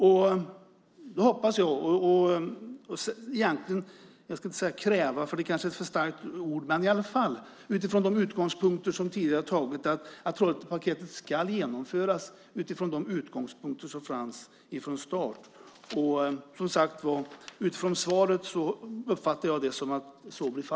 Jag hoppas - jag ska inte säga kräver, det är kanske för starkt - att Trollhättepaketet genomförs utifrån de utgångspunkter som fanns från start. Av svaret uppfattar jag att det blir så.